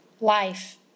life